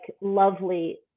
lovely